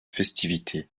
festivités